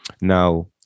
Now